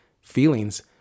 feelings